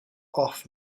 off